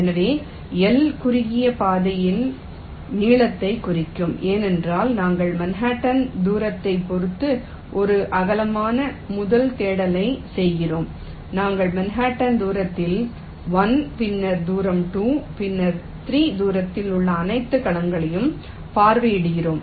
எனவே L குறுகிய பாதையின் நீளத்தைக் குறிக்கும் ஏனென்றால் நாங்கள் மன்ஹாட்டன் தூரத்தைப் பொறுத்து ஒரு அகலமான முதல் தேடலைச் செய்கிறோம் நாங்கள் மன்ஹாட்டன் தூரத்தில் 1 பின்னர் தூரம் 2 பின்னர் 3 தூரத்தில் உள்ள அனைத்து கலங்களையும் பார்வையிடுகிறோம்